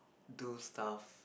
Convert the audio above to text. do stuff